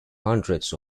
hundreds